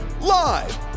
live